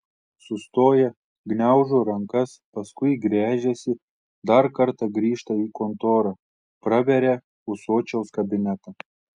sustoja gniaužo rankas paskui gręžiasi dar kartą grįžta į kontorą praveria ūsočiaus kabinetą